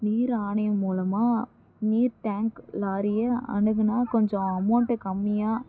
நீர் ஆணையம் மூலமாக நீர் டேங்க் லாரியை அணுகுனால் கொஞ்சம் அமௌண்ட்டு கம்மியாக